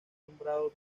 nombrado